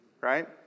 right